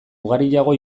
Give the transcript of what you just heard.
ugariago